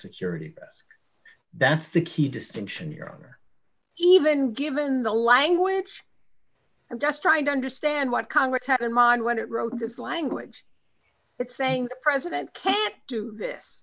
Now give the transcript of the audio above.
security that's the key distinction iran or even given the language i'm just trying to understand what congress had in mind when it wrote this language it's saying the president can't do this